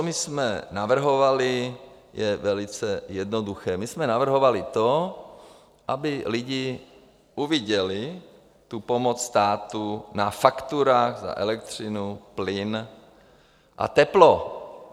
My jsme navrhovali, je velice jednoduché, my jsme navrhovali to, aby lidi uviděli tu pomoc státu na fakturách za elektřinu, plyn a teplo.